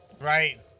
Right